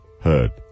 heard